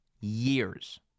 Years